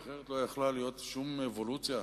אחרת לא יכלה להיות שום אבולוציה.